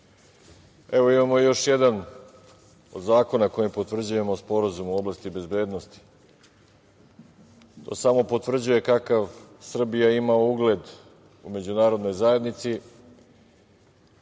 imamo još jedan od zakona kojima potvrđujemo sporazum u oblasti bezbednosti. To samo potvrđuje kakav Srbija ima ugled u međunarodnoj zajednici.